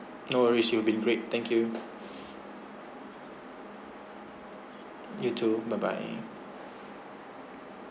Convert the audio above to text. no worries you've been great thank you you too bye bye